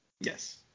yes